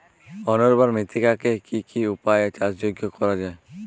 অনুর্বর মৃত্তিকাকে কি কি উপায়ে চাষযোগ্য করা যায়?